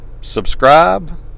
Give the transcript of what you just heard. subscribe